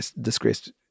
disgraced